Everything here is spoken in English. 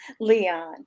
Leon